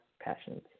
passions